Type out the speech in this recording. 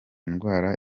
ndwara